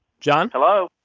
john? hello?